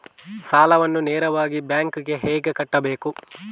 ಸಾಲವನ್ನು ನೇರವಾಗಿ ಬ್ಯಾಂಕ್ ಗೆ ಹೇಗೆ ಕಟ್ಟಬೇಕು?